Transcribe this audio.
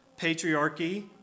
patriarchy